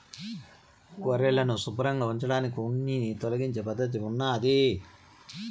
గొర్రెలను శుభ్రంగా ఉంచడానికి ఉన్నిని తొలగించే పద్ధతి ఉన్నాది